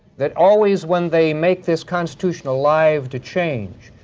that always, when they make this constitutional live to change,